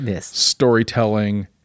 storytelling